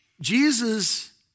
Jesus